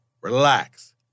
relax